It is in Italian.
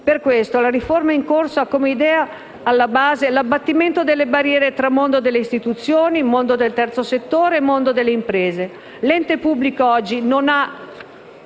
Per questo la riforma in corso ha come idea alla base l'abbattimento delle barriere tra mondo delle istituzioni, mondo del terzo settore e mondo delle imprese. L'ente pubblico oggi, o non ha